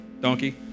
donkey